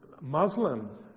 Muslims